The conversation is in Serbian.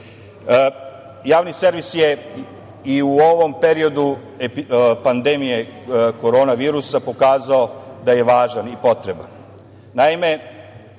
itd. Javni servis je i u ovom periodu pandemije korona virusa pokazao da je važan i potreban.